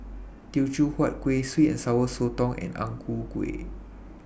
Teochew Huat Kueh Sweet and Sour Sotong and Ang Ku Kueh